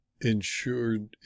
insured